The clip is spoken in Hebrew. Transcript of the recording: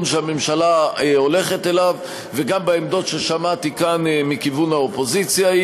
שהממשלה הולכת אליו וגם בעמדות ששמעתי כאן מכיוון האופוזיציה,